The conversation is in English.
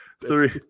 sorry